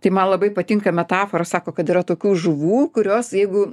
tai man labai patinka metafora sako kad yra tokių žuvų kurios jeigu